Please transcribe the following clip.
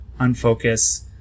unfocus